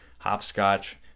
hopscotch